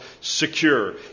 secure